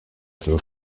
этого